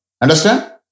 Understand